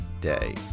Day